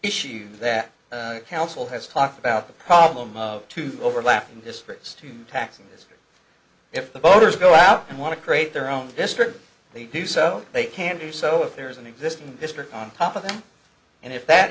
issue that the council has talked about the problem to the overlap in this first two taxes if the voters go out and want to create their own district they do so they can do so if there is an existing district on top of them and if that